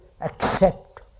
accept